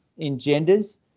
engenders